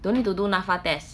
don't need to do NAPFA test